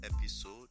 episode